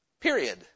Period